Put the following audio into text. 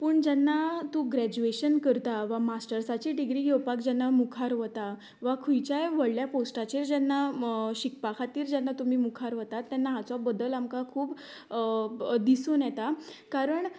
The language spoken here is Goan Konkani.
पूण जेन्ना तूं ग्रेज्युएशन करता वा मास्टरर्साची डिग्री घेवपाक जेन्ना मुखार वता वा खंयच्याय व्हडल्या पॉस्टाचेर जेन्ना शिकपा खातीर जेन्ना तुमी मुखार वतात तेन्ना हाचो बदल आमकां खूब दिसून येता कारण